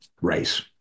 race